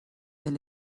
del